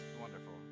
wonderful